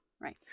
Right